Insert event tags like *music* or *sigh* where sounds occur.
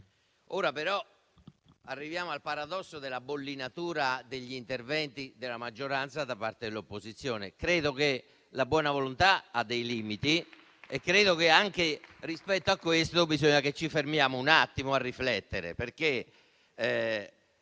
Ora, però, arriviamo al paradosso della bollinatura degli interventi della maggioranza da parte dell'opposizione. *applause* Credo che la buona volontà abbia dei limiti e che anche rispetto a questo bisogna che ci fermiamo un attimo a riflettere.